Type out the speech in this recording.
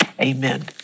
Amen